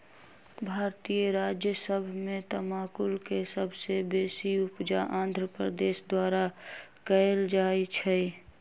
भारतीय राज्य सभ में तमाकुल के सबसे बेशी उपजा आंध्र प्रदेश द्वारा कएल जाइ छइ